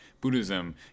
Buddhism